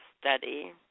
study